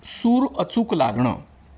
सूर अचूक लागणं